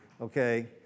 Okay